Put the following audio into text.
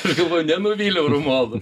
aš galvoju nenuvyliau romualdo